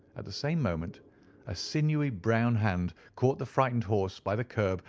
at the same moment a sinewy brown hand caught the frightened horse by the curb,